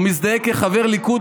הוא מזדהה כחבר ליכוד,